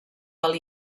del